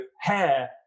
hair